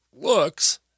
looks